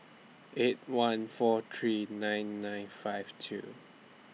eight one four three nine nine five two